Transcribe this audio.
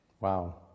Wow